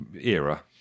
era